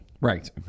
Right